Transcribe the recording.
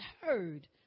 heard